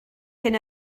hyn